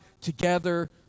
together